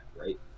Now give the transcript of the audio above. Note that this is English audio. right